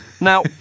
Now